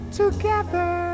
together